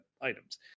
items